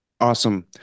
Awesome